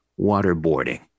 waterboarding